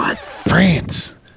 France